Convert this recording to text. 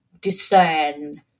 discern